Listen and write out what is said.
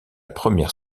première